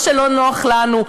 ולא שכשלא נוח לנו,